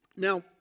Now